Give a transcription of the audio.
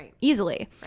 easily